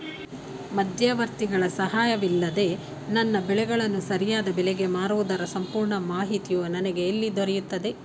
ಮಧ್ಯವರ್ತಿಗಳ ಸಹಾಯವಿಲ್ಲದೆ ನನ್ನ ಬೆಳೆಗಳನ್ನು ಸರಿಯಾದ ಬೆಲೆಗೆ ಮಾರುವುದರ ಸಂಪೂರ್ಣ ಮಾಹಿತಿಯು ನನಗೆ ಎಲ್ಲಿ ದೊರೆಯುತ್ತದೆ?